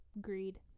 greed